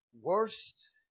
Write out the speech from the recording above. worst